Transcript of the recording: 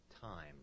time